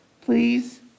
please